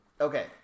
Okay